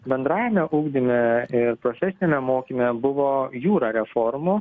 bendrajame ugdyme ir profesiniame mokyme buvo jūra reformų